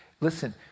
listen